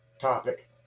topic